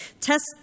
test